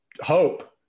hope